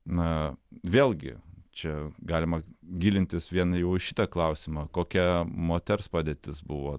na vėlgi čia galima gilintis vien jau į šitą klausimą kokia moters padėtis buvo